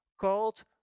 called